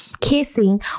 kissing